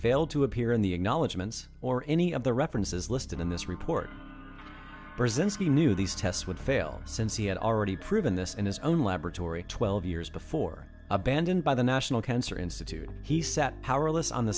failed to appear in the acknowledgements or any of the references listed in this report brzezinski knew these tests would fail since he had already proven this in his own laboratory twelve years before abandoned by the national cancer institute he sat powerless on the